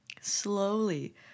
slowly